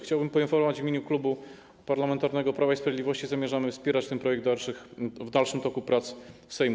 Chciałbym poinformować w imieniu Klubu Parlamentarnego Prawo i Sprawiedliwość, że zamierzamy wspierać ten projekt w dalszym toku prac Sejmu.